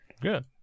Good